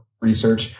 research